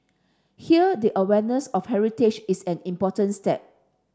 here the awareness of heritage is an important step